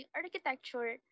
architecture